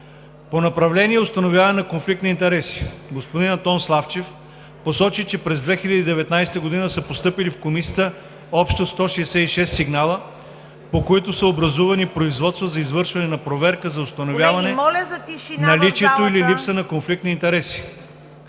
По направление „Установяване конфликт на интереси“ господин Антон Славчев посочи, че през 2019 г. в Комисията са постъпили общо 166 сигнала, по които са образувани производства за извършване на проверка за установяване наличието или липсата на конфликт на интереси